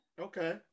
Okay